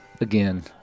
again